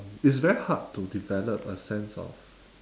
it's very hard to develop a sense of